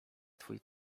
twój